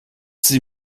sie